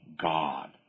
God